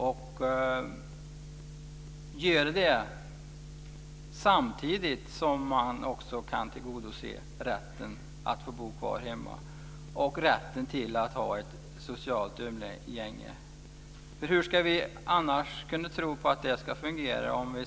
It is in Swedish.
Det kan de göra samtidigt som man också kan tillgodose rätten att bo hemma och att ha ett socialt umgänge. Hur ska vi annars kunna tro på att det ska fungera med